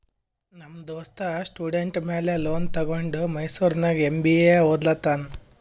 ನಮ್ ದೋಸ್ತ ಸ್ಟೂಡೆಂಟ್ ಮ್ಯಾಲ ಲೋನ್ ತಗೊಂಡ ಮೈಸೂರ್ನಾಗ್ ಎಂ.ಬಿ.ಎ ಒದ್ಲತಾನ್